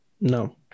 No